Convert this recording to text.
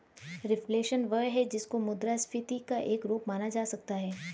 reflation वह है जिसको मुद्रास्फीति का एक रूप माना जा सकता है